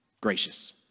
Gracious